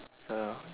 so